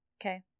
Okay